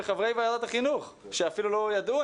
בחברי ועדת החינוך שאפילו רובם לא ידעו,